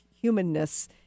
humanness